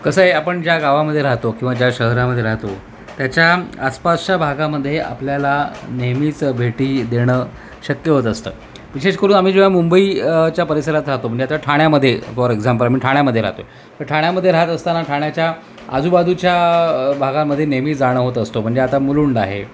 कसं आहे आपण ज्या गावामध्ये राहतो किंवा ज्या शहरामध्ये राहतो त्याच्या आसपासच्या भागामध्ये आपल्याला नेहमीच भेटी देणं शक्य होत असतं विशेष करून आम्ही जेव्हा मुंबईच्या परिसरात राहतो म्हणजे आता ठाण्यामध्ये फॉर एक्झाम्पल मी ठाण्यामध्ये राहतो तर ठाण्यामध्ये राहत असताना ठाण्याच्या आजूबाजूच्या भागामध्ये नेहमी जाणं होत असते म्हणजे आता मुलुंड आहे